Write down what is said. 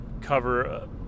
cover